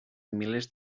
milers